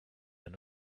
and